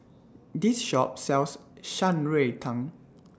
This Shop sells Shan Rui Tang